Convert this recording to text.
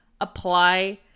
apply